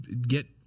get